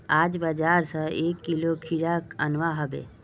आज बाजार स एक किलो खीरा अनवा हबे